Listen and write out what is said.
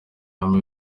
army